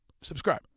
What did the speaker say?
Subscribe